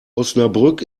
osnabrück